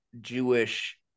Jewish